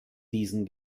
diesen